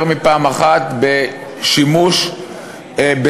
יותר מפעם אחת בשימוש בסמלים,